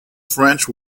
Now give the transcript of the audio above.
french